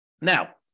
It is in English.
Now